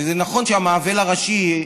וזה נכון שהמעוול הראשי,